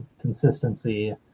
consistency